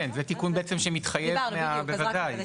כן, כן, זה תיקון שמתחייב, בוודאי.